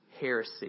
heresy